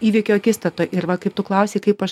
įvykio akistatoj ir va kaip tu klausei kaip aš